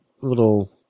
little